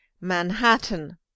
Manhattan